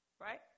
right